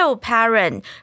parent